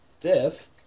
diff